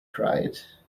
cried